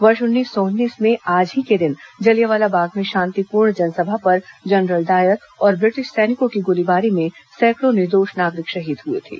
वर्ष उन्नीस सौ उन्नीस में आज के ही दिन जलियांवाला बाग में शांतिपूर्ण जनसभा पर जनरल डायर और ब्रिटिश सैनिकों की गोलीबारी में सैंकड़ों निर्दोष नागरिक शहीद हुए थे